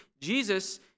Jesus